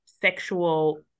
sexual